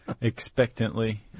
expectantly